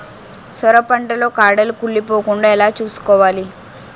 సొర పంట లో కాడలు కుళ్ళి పోకుండా ఎలా చూసుకోవాలి?